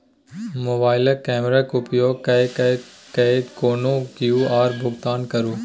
मोबाइलक कैमराक उपयोग कय कए कोनो क्यु.आर भुगतान करू